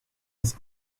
des